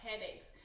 headaches